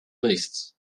beasts